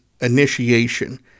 initiation